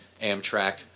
Amtrak